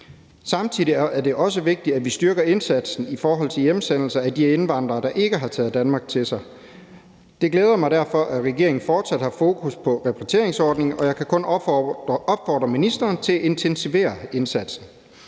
Samtidig er det også vigtigt, at vi styrker indsatsen i forhold til hjemsendelse af de indvandrere, der ikke har taget Danmark til sig. Det glæder mig derfor, at regeringen fortsat har fokus på repatrieringsordningen, og jeg kan kun opfordre ministeren til at intensivere indsatsen.